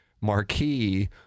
marquee